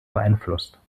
beeinflusst